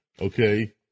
okay